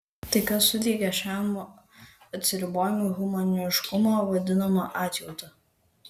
tai kas suteikia šiam atsiribojimui humaniškumo vadinama atjauta